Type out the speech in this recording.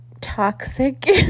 toxic